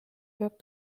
peab